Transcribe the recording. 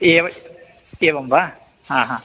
एवम् एवं वा हा हा